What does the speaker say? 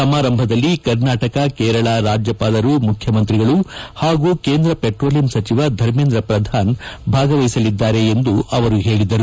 ಸಮಾರಂಭದಲ್ಲಿ ಕರ್ನಾಟಕ ಕೇರಳ ರಾಜ್ಯಪಾಲರು ಮುಖ್ಯಮಂತ್ರಿಗಳು ಹಾಗೂ ಕೇಂದ್ರ ಪೆಟ್ರೋಲಿಯಂ ಸಚಿವ ಧಮೇಂದ್ರ ಪ್ರಧಾನ್ ಭಾಗವಹಿಸಲಿದ್ದಾರೆ ಎಂದು ಅವರು ಹೇಳಿದ್ದಾರೆ